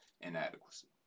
inadequacy